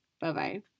Bye-bye